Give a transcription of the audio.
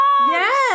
Yes